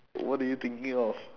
what are you thinking of